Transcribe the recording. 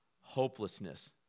hopelessness